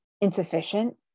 insufficient